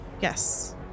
yes